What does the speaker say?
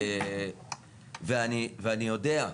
ואני יודע,